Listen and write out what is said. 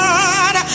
God